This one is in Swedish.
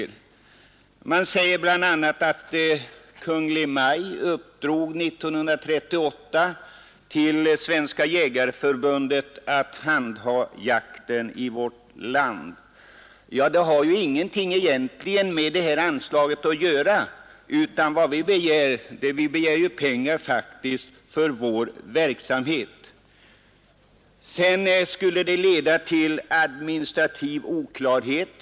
Utskottet säger att statsmakterna åren 1938 och 1951 anförtrott Svenska jägareförbundet att handha jakten i vårt land. Detta har egentligen ingenting med det begärda anslaget att göra; vi begär pengar för vår verksamhet. Utskottet säger att ett tillstyrkande skulle leda till administrativ oklarhet.